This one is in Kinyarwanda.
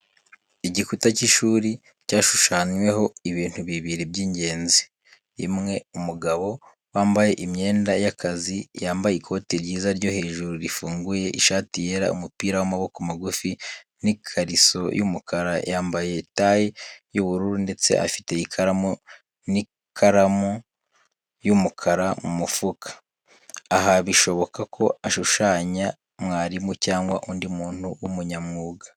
Igikuta cy’ishuri cyashushanyweho ibintu bibiri by’ingenzi: 1. Umugabo wambaye imyenda y’akazi: yambaye ikoti ryiza ryo hejuru rifunguye, ishati yera, umupira w’amaboko magufi, n’ikariso y’umukara. Yambaye taye y'ubururu, ndetse afite ikaramu n’ikaramu y’umukara mu mufuka. aha, bishoboka ko ashushanya mwarimu cyangwa undi muntu w’umunyamwuga.